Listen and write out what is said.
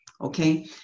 okay